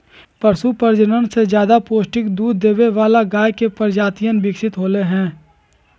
पशु प्रजनन से ज्यादा पौष्टिक दूध देवे वाला गाय के प्रजातियन विकसित होलय है